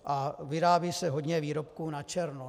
A vyrábí se hodně výrobků načerno.